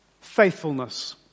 faithfulness